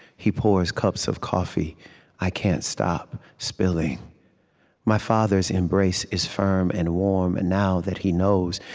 he pours cups of coffee i can't stop spilling my father's embrace is firm and warm and now that he knows.